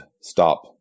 stop